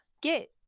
get